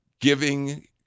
giving